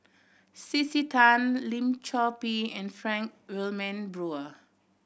C C Tan Lim Chor Pee and Frank Wilmin Brewer